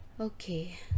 Okay